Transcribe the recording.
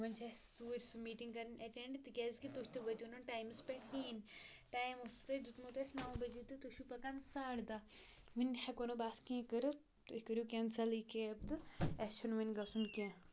وۄنۍ چھِ اَسہِ توٗرۍ سُہ میٖٹِنٛگ کَرٕنۍ ایٚٹیٚنٛڈ تِکیٛازِکہِ تُہۍ تہِ وٲتِو نہٕ ٹایمَس پٮ۪ٹھ کِہیٖنۍ ٹایم اوسُس تۄہہِ دیُتمُت اَسہِ نَو بَجے تہٕ تُہۍ چھِو پَکان ساڑٕ دَہ وٕنۍ ہیٚکو نہٕ باس کینٛہہ کٔرِتھ تُہۍ کٔرِو کٮ۪نسَل یہِ کیب تہٕ اَسہِ چھُنہٕ وَنۍ گژھُن کینٛہہ